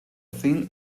thing